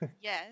Yes